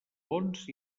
bons